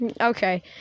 Okay